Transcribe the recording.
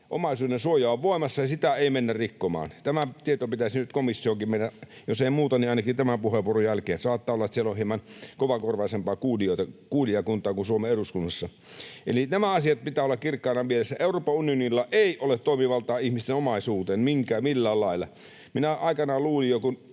Omaisuudensuoja on voimassa, ja sitä ei mennä rikkomaan. Tämän tiedon pitäisi nyt komissioonkin mennä — jos ei muuten, niin ainakin tämän puheenvuoron jälkeen. Saattaa olla, että siellä on hieman kovakorvaisempaa kuulijakuntaa kuin Suomen eduskunnassa. Eli näiden asioiden pitää olla kirkkaina mielessä. Euroopan unionilla ei ole toimivaltaa ihmisten omaisuuteen millään lailla. Minä aikanaan luulin jo,